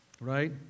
right